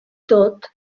tot